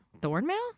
Thornmail